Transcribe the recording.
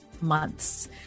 months